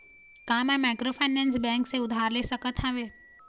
का मैं microfinance bank से उधार ले सकत हावे?